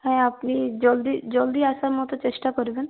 হ্যাঁ আপনি জলদি জলদি আসার মতো চেষ্টা করবেন